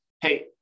hey